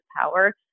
power